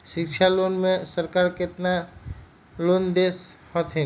शिक्षा लोन में सरकार केतना लोन दे हथिन?